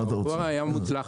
הרפורמה הייתה מוצלחת.